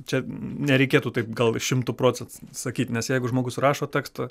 čia nereikėtų taip gal šimtu procentų sakyt nes jeigu žmogus rašo tekstą